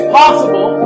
possible